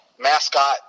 mascot